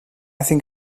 think